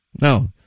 No